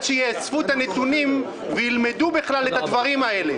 שייצבו את הנתונים וילמדו בכלל את הדברים הללו,